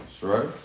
right